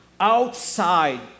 Outside